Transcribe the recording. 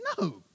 No